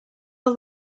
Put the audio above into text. old